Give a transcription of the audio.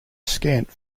scant